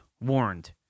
warned